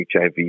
HIV